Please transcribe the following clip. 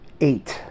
eight